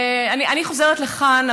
אני חוזרת לכאן,